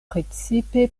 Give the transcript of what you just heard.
precipe